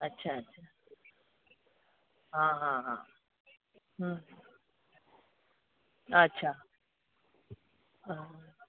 अच्छा अच्छा हा हा हा हूं अच्छा हा